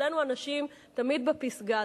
אצלנו הנשים תמיד בפסגה.